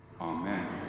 Amen